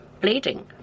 bleeding